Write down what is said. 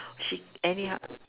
she anyhow